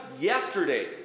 yesterday